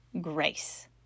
grace